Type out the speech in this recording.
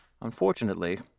Unfortunately